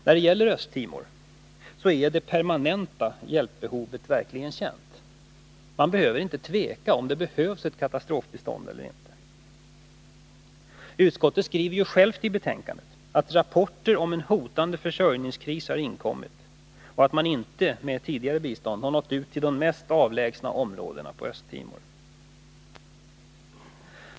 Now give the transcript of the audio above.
När det gäller Östtimor är det permanenta hjälpbehovet verkligen känt. Man behöver inte tvivla på om katastrofbistånd behövs eller inte. Utskottet skriver självt i betänkandet att rapporter om en hotande försörjningskris har inkommit och att man inte med det tidigare biståndet har nått ut till de mest avlägsna områdena på Östtimor.